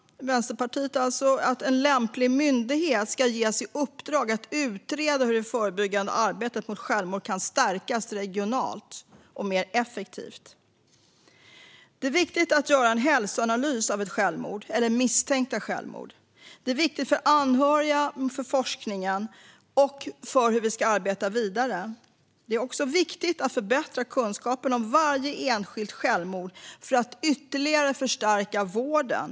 Vänsterpartiet vill att en lämplig myndighet ska ges i uppdrag att utreda hur det förebyggande arbetet mot självmord kan stärkas regionalt och bli mer effektivt. Det är viktigt att göra en hälsoanalys av självmord och misstänkta självmord. Det är viktigt för anhöriga och forskning och för hur vi ska arbeta vidare. Det är också viktigt att förbättra kunskapen om varje enskilt självmord för att ytterligare förstärka vården.